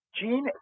Gene